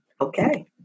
okay